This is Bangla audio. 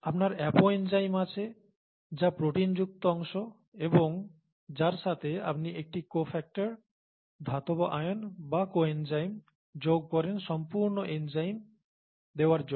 আপনার অ্যাপো এনজাইম আছে যা প্রোটিনযুক্ত অংশ এবং যার সাথে আপনি একটি কোফ্যাক্টর ধাতব আয়ন বা কোএনজাইম যোগ করেন সম্পূর্ণ এনজাইম দেওয়ার জন্য